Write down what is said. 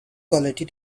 quality